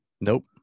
Nope